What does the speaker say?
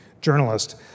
journalist